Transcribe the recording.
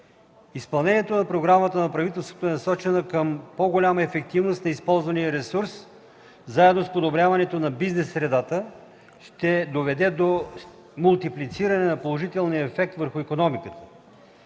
Изпълнението на програмата на правителството е насочено към по-голяма ефективност на използвания ресурс и заедно с подобряването на бизнес средата ще доведе до мултиплициране на положителния ефект върху икономиката.